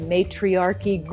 Matriarchy